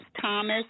Thomas